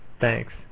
Thanks